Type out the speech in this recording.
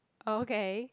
okay